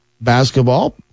basketball